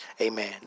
Amen